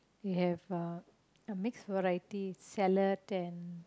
they have uh a mix variety salad and